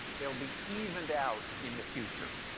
they'll be evened out in the future.